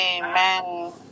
Amen